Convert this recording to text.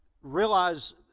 realize